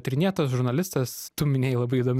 tyrinėtojas žurnalistas tu minėjai labai įdomi